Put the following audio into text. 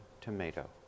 tomato